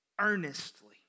earnestly